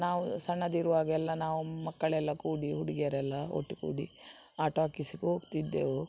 ನಾವು ಸಣ್ಣದಿರುವಾಗ ಎಲ್ಲಾ ನಾವು ಮಕ್ಕಳೆಲ್ಲಾ ಕೂಡಿ ಹುಡುಗಿಯರೆಲ್ಲಾ ಒಟ್ಟು ಕೂಡಿ ಆ ಟಾಕೀಸಿಗೆ ಹೋಗ್ತಿದ್ದೆವು